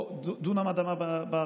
או דונם אדמה בערבה.